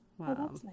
Wow